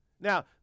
Now